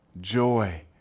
joy